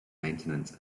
maintenance